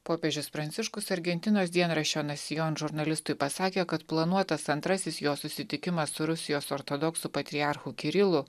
popiežius pranciškus argentinos dienraščio nasijon žurnalistui pasakė kad planuotas antrasis jo susitikimas su rusijos ortodoksų patriarchu kirilu